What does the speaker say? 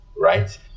right